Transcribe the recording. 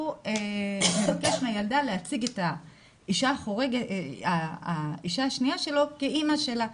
הוא מבקש מהילדה להציג את האישה השנייה שלו כאימא שלה.